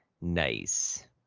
Nice